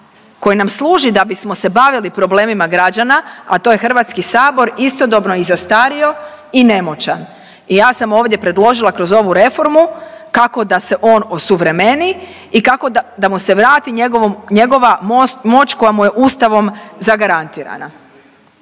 koji nam služi da bismo se bavili problemima građana, a to je Hrvatski sabor, istodobno i zastario i nemoćan. I ja sam ovdje predložila kroz ovu reformu kako da se on osuvremeni i kako da mu se vrati njegova, njegova moć koja mu je Ustavom zagarantirana.